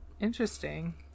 Interesting